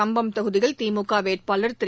கம்பம் தொகுதியில் திமுக வேட்பாளர் திரு